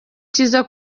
cyiza